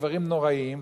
דברים נוראיים.